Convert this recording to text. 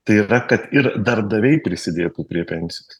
tai yra kad ir darbdaviai prisidėtų prie pensijos